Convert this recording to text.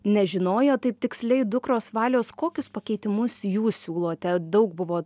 nežinojo taip tiksliai dukros valios kokius pakeitimus jūs siūlote daug buvo